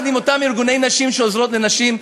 לצד אותם ארגוני נשים, שעוזרים לנשים.